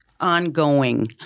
ongoing